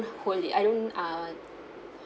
hold it I don't uh